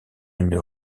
une